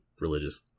religious